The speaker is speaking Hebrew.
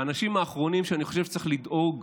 האנשים האחרונים שאני חושב שצריך לדאוג